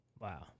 Wow